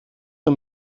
nur